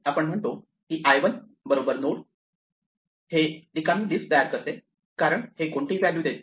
आपण म्हणतो की I1 नोड हे रिकामी लिस्ट तयार करते कारण हे कोणतीही व्हॅल्यू देत नाही